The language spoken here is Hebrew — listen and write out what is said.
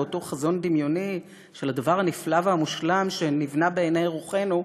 ואותו חזון דמיוני של הדבר הנפלא והמושלם שנבנה בעיני רוחנו,